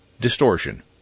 distortion